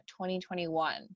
2021